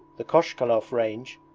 the kochkalov range,